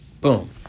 boom